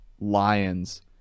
Lions